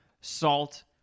salt